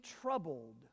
troubled